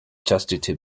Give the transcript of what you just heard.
chastity